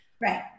Right